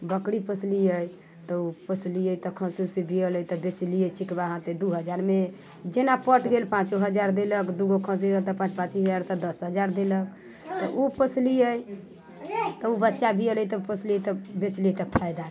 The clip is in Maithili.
बकरी पोसलियै तऽ उ पोसलियै तखैन उ से बिएले तऽ बेचलियै हाथे दू हजारमे जेना पट गेल पाँचो हजार देलक दूगो खस्सी रहल तऽ पाँच पाँच हजार तऽ दस हजार देलक तऽ उ पोसलियै तऽ उ बच्चा बिएलै तऽ पोसलियै बेचलियै तऽ फायदा